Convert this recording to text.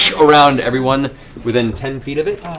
around everyone within ten feet of it.